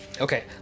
Okay